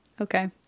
Okay